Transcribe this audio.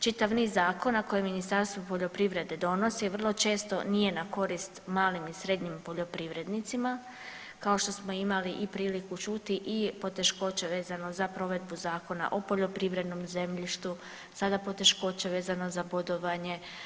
Čitav niz zakona koje Ministarstvo poljoprivrede donosi vrlo često nije na korist malim i srednjim poljoprivrednicima kao što smo imali i priliku čuti i poteškoće vezano za provedbu Zakona o poljoprivrednom zemljištu, sada poteškoće vezano za bodovanje.